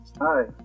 Hi